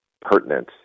pertinent